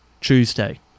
Tuesday